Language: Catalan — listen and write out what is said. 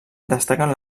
destaquen